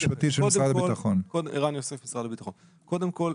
קודם כל,